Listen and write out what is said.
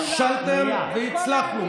כשלתם, והצלחנו.